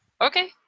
Okay